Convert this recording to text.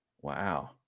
Wow